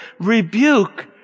Rebuke